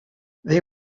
they